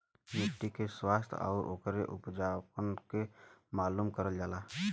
मट्टी के स्वास्थ्य आउर ओकरे उपजाऊपन के मालूम करल जाला